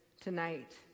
tonight